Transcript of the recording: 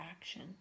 action